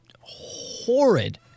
horrid